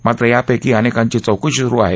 मात्र यापैकी अनेकांची चौकशी सुरु आहे